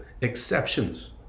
exceptions